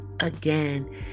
Again